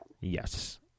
Yes